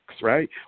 right